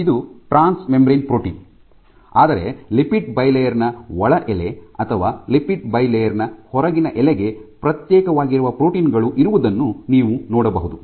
ಇದು transmembrane protein ಆದರೆ lipid bilayer ನ ಒಳ ಎಲೆ ಅಥವಾ ಲಿಪಿಡ್ ಬಯಲೇಯರ್ ನ ಹೊರಗಿನ ಎಲೆಗೆ ಪ್ರತ್ಯೇಕವಾಗಿರುವ ಪ್ರೋಟೀನ್ ಗಳು ಇರುವುದನ್ನು ನೀವು ನೋಡಬಹುದು